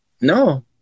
No